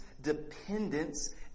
dependence